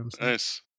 nice